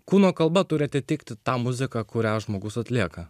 kūno kalba turi atitikti tą muziką kurią žmogus atlieka